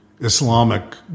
Islamic